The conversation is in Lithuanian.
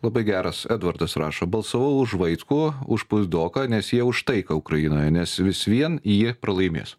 labai geras edvardas rašo balsavau už vaitkų už puizdoką nes jie už taiką ukrainoje nes vis vien ji pralaimės